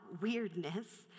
weirdness